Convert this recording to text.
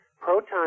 Proton